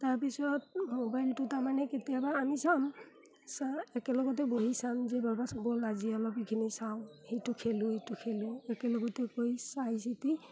তাৰপিছত মোবাইলটো তাৰমানে কেতিয়াবা আমি চাম একেলগতে বহি চাম যে বাবা ব'ল আজি অলপ এইখিনি চাওঁ সেইটো খেলোঁ এইটো খেলোঁ একেলগতে কৰি চাই চিতি